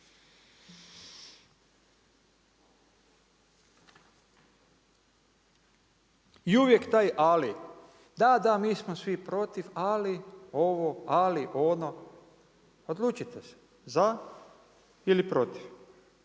I uvijek taj ali, da, da mi smo svi protiv, ali ovo, ali ono, odlučite se za ili protiv.